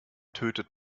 tötet